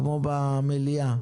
כמו במליאה.